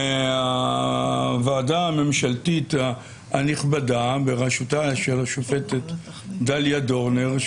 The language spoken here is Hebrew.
הוועדה הממשלתית הנכבדה בראשותה של השופטת דליה דורנר,